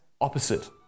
opposite